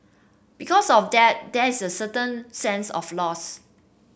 because of that there is a certain sense of loss